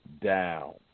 down